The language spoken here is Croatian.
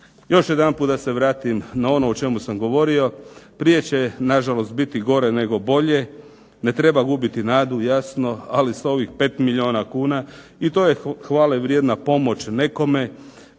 još jedanput da se vratim na ono o čemu sam govorio, prije će nažalost biti gore nego bolje, ne treba gubiti nadu jasno, ali s ovih 5 milijuna kuna i to je hvalevrijedna pomoć nekome.